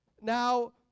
Now